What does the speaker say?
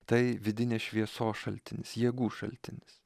tai vidinės šviesos šaltinis jėgų šaltinis